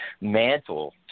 mantle